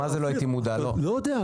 לא יודע.